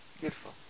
Beautiful